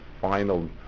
final